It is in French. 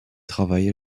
travail